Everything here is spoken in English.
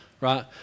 right